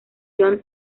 john